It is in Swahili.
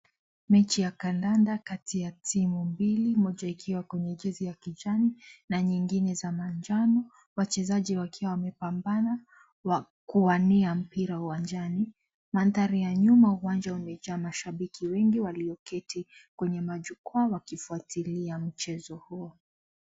Mechi ya kandanda kati ya timu mbili moja ikiwa kwenye jezi ya kijani na nyingine za manjano wachezaji wakiwa wamepambana kuwania mpira uwanjani. Mandhari ya nyuma uwanja umejaa mashabiki wengi walio keti kwenye majukwaa wakifuatilia mchezo huo.